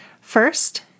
First